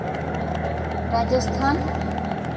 Rajasthan